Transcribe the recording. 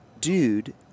dude